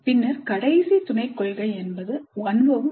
பின்னர் கடைசி துணைக் கொள்கை என்பது அனுபவம்